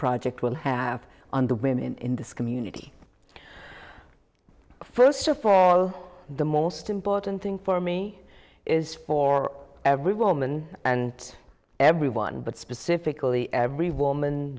project will have on the women in this community first of all the most important thing for me is for every woman and everyone but specifically every woman